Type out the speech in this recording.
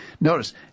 Notice